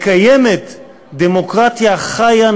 מקיימת דמוקרטיה חיה,